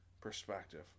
perspective